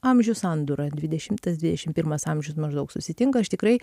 amžių sandūra dvidešimtas dvidešim pirmas amžius maždaug susitinka aš tikrai